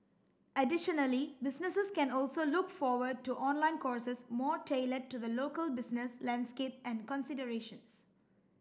additionally businesses can also look forward to online courses more tailored to the local business landscape and considerations